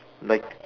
like